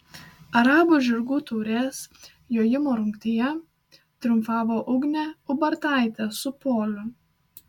arabų žirgų taurės jojimo rungtyje triumfavo ugnė ubartaitė su poliu